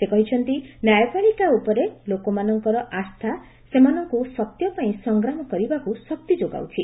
ସେ କହିଛନ୍ତି ନ୍ୟାୟପାଳିକା ଉପରେ ଲୋକମାନଙ୍କର ଆସ୍ଥା ସେମାନଙ୍କୁ ସତ୍ୟ ପାଇଁ ସଂଗ୍ରାମ କରିବାକୁ ଶକ୍ତି ଯୋଗାଉଛି